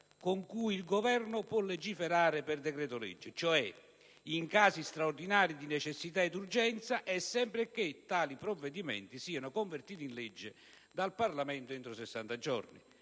attraverso lo strumento del decreto-legge, cioè in casi straordinari di necessità ed urgenza e sempre che tali provvedimenti siano convertiti in legge dal Parlamento entro sessanta giorni.